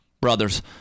brothers